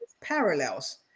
parallels